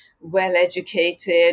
well-educated